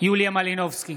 יוליה מלינובסקי,